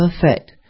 perfect